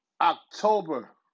October